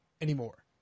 anymore